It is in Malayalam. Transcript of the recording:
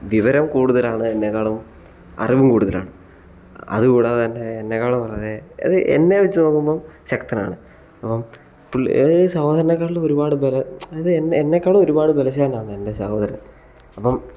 വിവരം കൂടുതലാണ് എന്നെക്കാളും അറിവും കൂടുതലാണ് അതുകൂടാതെ തന്നെ എന്നെക്കാളും വളരെ അത് എന്നെ വെച്ചുനോക്കുമ്പോൾ ശക്തനാണ് അപ്പം പുള്ളി സഹോദരനെക്കാളും ഒരുപാട് ബല അതായത് എന്നെക്കാളും ഒരുപാട് ബലശാലനാണ് എൻ്റെ സഹോദരൻ അപ്പം